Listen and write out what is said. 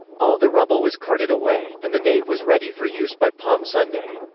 all the rubble was carted away, and the nave was ready for use by palm sunday.